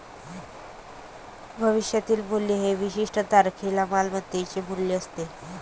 भविष्यातील मूल्य हे विशिष्ट तारखेला मालमत्तेचे मूल्य असते